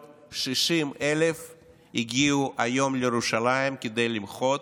360,000 אנשים הגיעו היום לירושלים כדי למחות